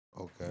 Okay